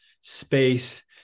space